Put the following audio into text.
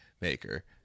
maker